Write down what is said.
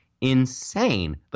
insane